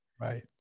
right